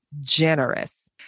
generous